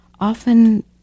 often